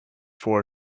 for